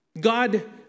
God